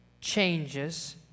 changes